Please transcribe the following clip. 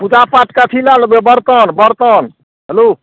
पूजा पाठके अथी लै लेबै बरतन बरतन हेलो